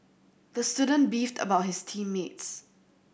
the student beefed about his team mates